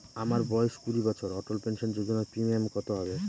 আমার বয়স কুড়ি বছর অটল পেনসন যোজনার প্রিমিয়াম কত হবে?